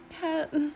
Cat